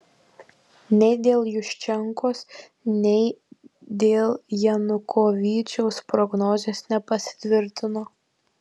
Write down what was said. nei dėl juščenkos nei dėl janukovyčiaus prognozės nepasitvirtino